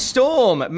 Storm